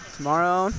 Tomorrow